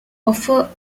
offer